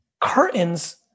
curtains